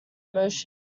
emotion